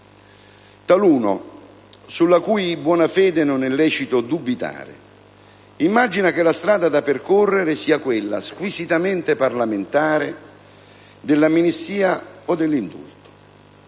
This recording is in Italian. Taluno, sulla cui buona fede non è lecito dubitare, immagina che la strada da percorrere sia quella, squisitamente parlamentare, dell'amnistia o dell'indulto.